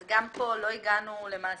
גם כאן לא הגענו למעשה